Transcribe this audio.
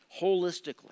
holistically